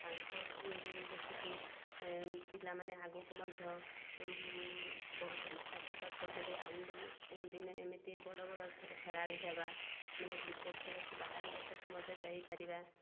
ତାଙ୍କୁ ଦେଖିକି ପିଲାମାନେ ଆଗକୁ ମଧ୍ୟ ବହୁତ ଇଚ୍ଛା ପ୍ରକାଶ କରୁଛନ୍ତି ଆମେ ବି ଦିନେ ଏମିତି ବଡ଼ ବଡ଼ ଖେଳାଳି ହେବା ମାନେ କ୍ରିକେଟ ଖେଳକୁ ବାହାର ଦେଶକୁ ମଧ୍ୟ ଯାଇପାରିବା